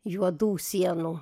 juodų sienų